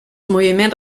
moviments